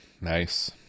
Nice